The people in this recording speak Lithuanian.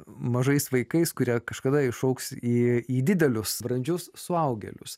mažais vaikais kurie kažkada išaugs į didelius brandžius suaugėlius